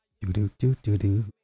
Do-do-do-do-do